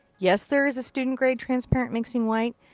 yes, there is a student grade transparent mixing white.